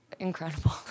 Incredible